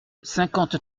cinquante